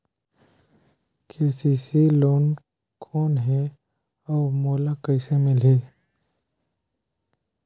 KCC loan कौन हे अउ मोला कइसे मिलही?